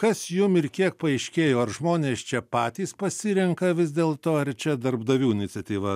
kas jum ir kiek paaiškėjo ar žmonės čia patys pasirenka vis dėlto ar čia darbdavių iniciatyva